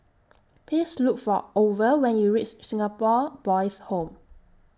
Please Look For Orval when YOU REACH Singapore Boys' Home